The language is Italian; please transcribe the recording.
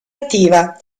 attiva